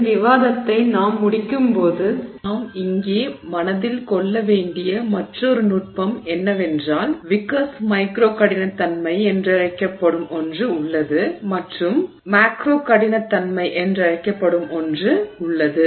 இந்த விவாதத்தை நாம் முடிக்கும்போது நாம் இங்கே மனதில் கொள்ள வேண்டிய மற்றொரு நுட்பம் என்னவென்றால் விக்கர்ஸ் மைக்ரோகடினத்தன்மை என்றழைக்கப்படும் ஒன்று உள்ளது மற்றும் மேக்ரோகடினத்தன்மை என்றழைக்கப்படும் ஒன்று உள்ளது